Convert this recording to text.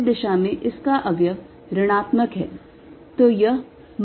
z दिशा में इसका अवयव ऋणात्मक है